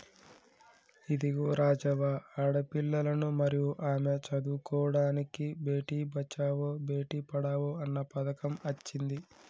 ఇదిగో రాజవ్వ ఆడపిల్లలను మరియు ఆమె చదువుకోడానికి బేటి బచావో బేటి పడావో అన్న పథకం అచ్చింది